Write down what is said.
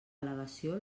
al·legació